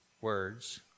words